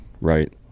right